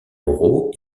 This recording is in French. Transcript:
moraux